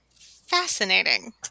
Fascinating